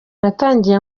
natangiye